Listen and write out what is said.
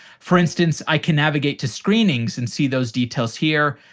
for instance, i can navigate to screenings and see those details here.